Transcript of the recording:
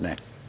Ne.